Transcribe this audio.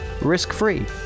risk-free